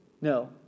No